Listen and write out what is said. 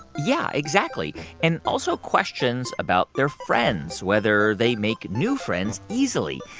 yeah, exactly and also questions about their friends whether they make new friends easily.